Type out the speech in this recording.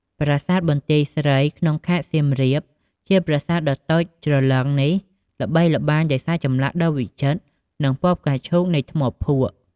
ប្រាសាទបន្ទាយស្រី ក្នុងខេត្តសៀមរាប ជាប្រាសាទដ៏តូចច្រឡឹងនេះ ល្បីល្បាញដោយសារចម្លាក់ដ៏វិចិត្រ និងពណ៌ផ្កាឈូកនៃថ្មភក់។